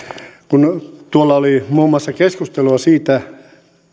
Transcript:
kun tuolla oli keskustelua muun muassa siitä